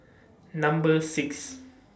Number six